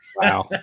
Wow